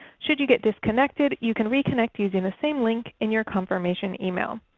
should you get disconnected you can reconnect using the same link in your confirmation email.